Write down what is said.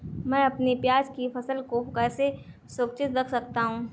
मैं अपनी प्याज की फसल को कैसे सुरक्षित रख सकता हूँ?